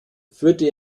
führte